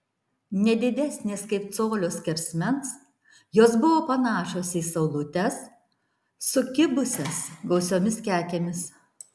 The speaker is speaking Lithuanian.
ne didesnės kaip colio skersmens jos buvo panašios į saulutes sukibusias gausiomis kekėmis